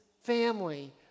family